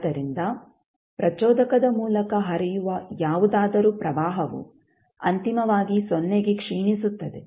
ಆದ್ದರಿಂದ ಪ್ರಚೋದಕದ ಮೂಲಕ ಹರಿಯುವ ಯಾವುದಾದರೂ ಪ್ರವಾಹವು ಅಂತಿಮವಾಗಿ ಸೊನ್ನೆಗೆ ಕ್ಷೀಣಿಸುತ್ತದೆ